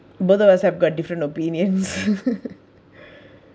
both of us have got different opinions